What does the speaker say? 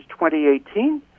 2018